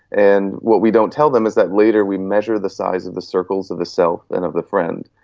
and what we don't tell them is that later we measure the size of the circles of the self and of the friends.